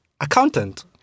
accountant